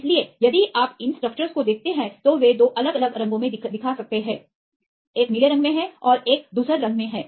इसलिए यदि आप इन स्ट्रक्चर्स को देखते हैं तो वे 2 अलग अलग रंगों में दिखा सकते हैं एक नीले रंग में है और एक धूसर रंग में है